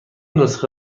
نسخه